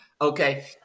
Okay